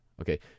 okay